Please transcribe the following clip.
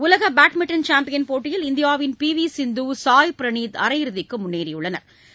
உலக badminton champion போட்டியில் இந்தியாவின் பி வி சிந்து சாய் பிரணீத் அரையிறுதிக்கு முன்னேறியுள்ளனா்